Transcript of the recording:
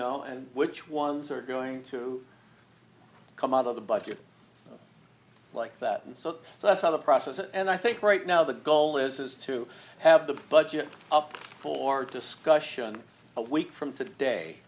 know and which ones are going to come out of the budget like that and so that's not a process and i think right now the goal is is to have the budget up for discussion a week from today